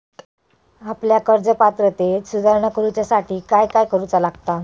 आपल्या कर्ज पात्रतेत सुधारणा करुच्यासाठी काय काय करूचा लागता?